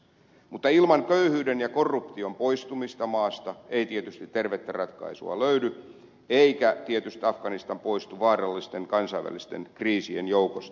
mutta ilman köyhyyden ja korruption poistumista maasta ei tietysti tervettä ratkaisua löydy eikä tietysti afganistan poistu vaarallisten kansainvälisten kriisien joukosta